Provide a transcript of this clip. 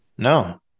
No